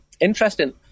interesting